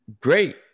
Great